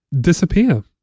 disappear